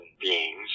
beings